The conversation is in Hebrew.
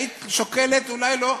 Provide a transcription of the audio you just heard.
היית שוקלת, אולי לא.